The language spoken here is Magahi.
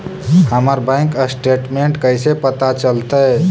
हमर बैंक स्टेटमेंट कैसे पता चलतै?